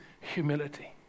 humility